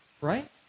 Right